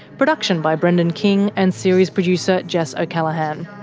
production by brendan king and series producer jess o'callaghan.